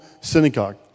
synagogue